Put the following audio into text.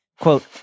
quote